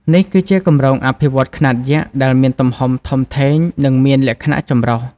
នេះគឺជា គម្រោងអភិវឌ្ឍន៍ខ្នាតយក្ស ដែលមានទំហំធំធេង និងមានលក្ខណៈចម្រុះ។